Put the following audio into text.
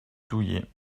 douillet